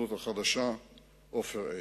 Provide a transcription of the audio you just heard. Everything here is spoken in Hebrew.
ההסתדרות החדשה עופר עיני.